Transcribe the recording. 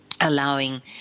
allowing